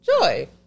Joy